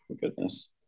Goodness